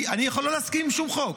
אני יכול לא להסכים עם שום חוק,